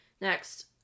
Next